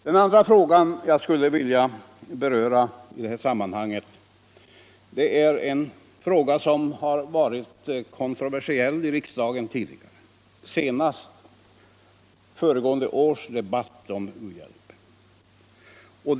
Den andra frågan jag skulle vilja beröra I det här sammanhanget är en fråga som har varit kontroversiell i riksdagen tidigare, senast under föregående års debatt om u-hjälpen.